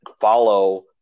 follow